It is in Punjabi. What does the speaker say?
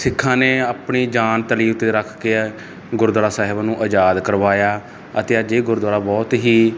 ਸਿੱਖਾਂ ਨੇ ਆਪਣੀ ਜਾਨ ਤਲੀ ਤੇ ਰੱਖ ਕੇ ਗੁਰਦੁਆਰਾ ਸਹਿਬ ਨੂੰ ਅਜਾਦ ਕਰਵਾਇਆ ਅਤੇ ਅੱਜ ਇਹ ਗੁਰਦੁਆਰਾ ਬਹੁਤ ਹੀ